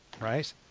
right